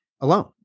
alone